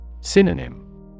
Synonym